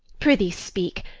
prithee speak,